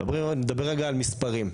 אני מדבר רגע על מספרים.